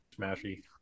Smashy